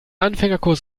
anfängerkurs